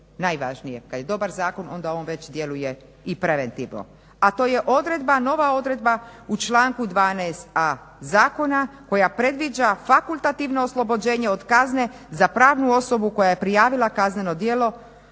najvažnije. Kad je dobar zakon, onda on već djeluje i preventivno. A to je odredba, nova odredba u članku 12.a zakona koja predviđa fakultativno oslobođenje od kazne za pravnu osobu koja je prijavila kazneno djelo